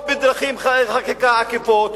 או בדרכי חקיקה עקיפות,